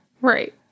Right